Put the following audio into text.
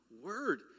word